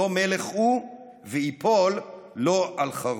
/ לא מלך / וייפול / לא על חרבו."